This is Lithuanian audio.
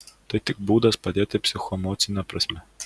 tai tik būdas padėti psichoemocine prasme